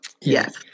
yes